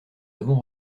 avons